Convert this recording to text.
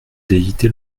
d’éviter